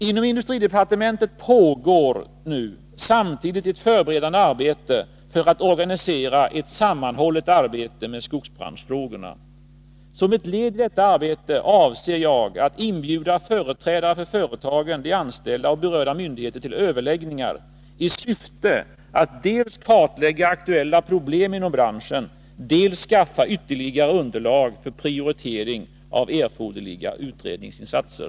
Inom industridepartementet pågår samtidigt ett förberedande arbete för att organisera ett sammanhållet arbete med skogsbranschfrågorna. Som ett led i detta arbete avser jag att inbjuda företrädare för företagen, de anställda och berörda myndigheter till överläggningar i syfte att dels kartlägga aktuella problem inom branschen, dels skaffa ytterligare underlag för prioritering av erforderliga utredningsinsatser.